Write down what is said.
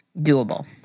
doable